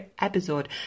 episode